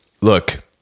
Look